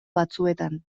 batzuetan